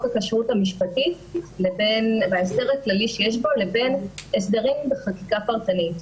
הכשרות המשפטית בהסדר הכללי שיש פה לבין הסדרים בחקיקה פרטנית.